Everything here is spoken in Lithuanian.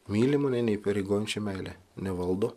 myli mane neįpareigojančia meile nevaldo